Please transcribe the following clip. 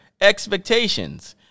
Expectations